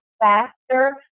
faster